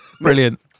Brilliant